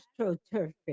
astroturfing